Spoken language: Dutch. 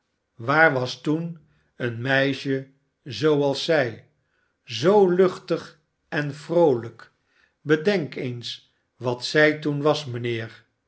waar was toen een meisje zooals zij zoo luchtig en vroolijk bedenk eens wat zij toen was mijnheer